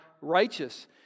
righteous